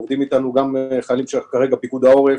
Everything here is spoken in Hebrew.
עובדים אתנו חיילים שאחראים על פיקוד העורף.